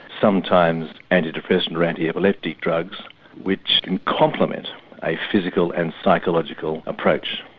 sometimes anti-depressant or anti-epileptic drugs which can complement a physical and psychological approach.